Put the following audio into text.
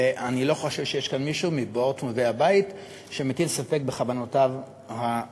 ואני לא חושב שיש כאן מישהו מבאות ובאי הבית שמטיל ספק בכוונותיו הטובות